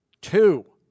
Two